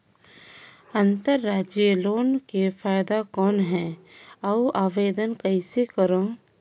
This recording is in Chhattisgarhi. अंतरव्यवसायी लोन के फाइदा कौन हे? अउ आवेदन कइसे करव?